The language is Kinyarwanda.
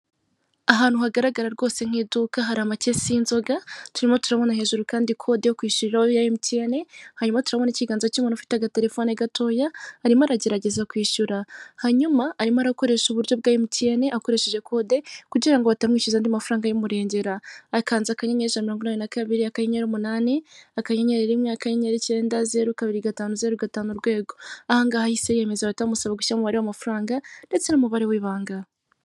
Ahantu hagaragara rwose nk'iduka hari amakesi y'inzoga, turimo turabona hejuru kandi kode yo kwishyura aho ya mtn hanyuma turabona ikiganza cy'umuntu ufite agaterefone gatoya harimo aragerageza kwishyura hanyuma arimo arakoresha uburyo bwa mtn akoresheje kode kugirango batamwishyura andi mafaranga y'umurengera akanze anyereneyeri, ijana na mirongo inani na kabiri, akanyenyeri, umunani, akanyenyeri icyenda zeru kabiri gatanu zeru gatanu urwego ahangaha yahise yemeza bamusaba gushyiramo umubare w'amafaranga ndetse n'umubare w'ibanga.